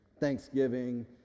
Thanksgiving